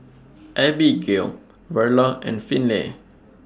Abbigail Verla and Finley